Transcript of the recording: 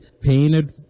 painted